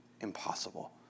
impossible